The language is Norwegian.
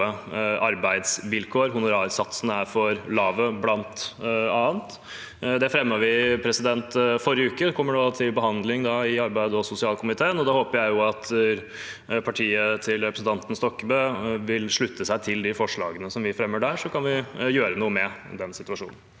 arbeidsvilkår, bl.a. at honorarsatsene er for lave. Det fremmet vi forslag om i forrige uke, og det kommer nå til behandling i arbeidsog sosialkomiteen. Da håper jeg at partiet til representanten Stokkebø vil slutte seg til de forslagene som vi fremmer der, så vi kan gjøre noe med den situasjonen.